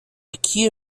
key